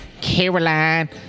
Caroline